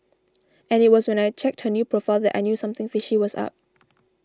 and it was when I checked her new profile that I knew something fishy was up